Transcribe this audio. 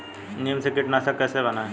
नीम से कीटनाशक कैसे बनाएं?